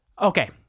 okay